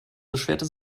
beschwerte